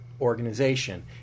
organization